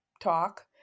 talk